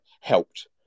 helped